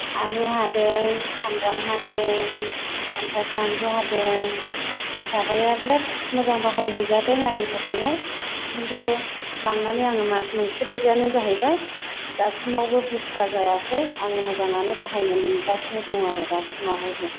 आलु हादों सामब्राम हादों ओमफ्राय बानलु हादों दाबाया बिराद मोजां बाहायहैजादों आंनि थाखायहाय खिन्थु लांनानै आङो मास मोनसे बायदियानो जाहैबाय दासिमावबो बुथुवा जायाखै आङो मोजाङानो बाहायनो मोनगासिनो दङ आरो दासिमावहायबो